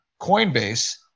coinbase